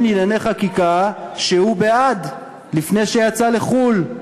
לענייני חקיקה שהוא בעד לפני שיצא לחו"ל,